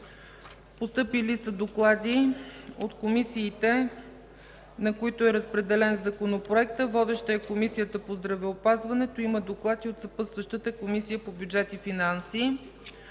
Постъпили са доклади от комисиите, на които е разпределен Законопроектът. Водеща е Комисията по здравеопазването. Има доклад и от съпътстващата Комисия по бюджет и финанси.